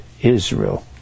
Israel